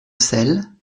sel